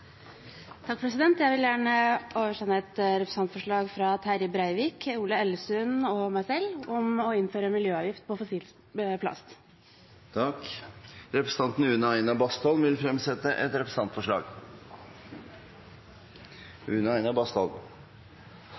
Jeg vil gjerne framsette et representantforslag fra Terje Breivik, Ola Elvestuen og meg selv om å innføre miljøavgifter på fossil plast. Representanten Une Aina Bastholm vil fremsette et representantforslag.